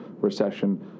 recession